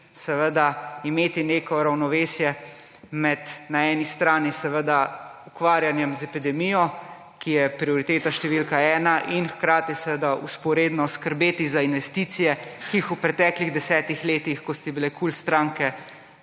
seveda imeti neko ravnovesje med na eni strani seveda ukvarjanjem z epidemijo, ki je prioriteta številka ena, in hkrati seveda vzporedno skrbeti za investicije, ki jih v preteklih 10-ih letih, ko ste bile KUL stranke